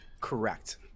correct